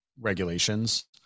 regulations